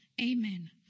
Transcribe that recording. Amen